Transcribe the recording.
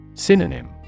Synonym